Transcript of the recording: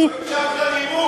לא הקשבת לנימוק.